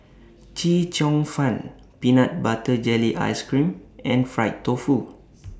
Chee Cheong Fun Peanut Butter Jelly Ice Cream and Fried Tofu